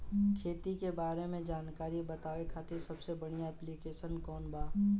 खेती के बारे में जानकारी बतावे खातिर सबसे बढ़िया ऐप्लिकेशन कौन बा?